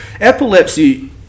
epilepsy